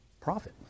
profit